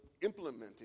implementing